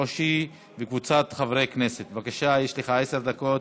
הרווחה והבריאות נתקבלה.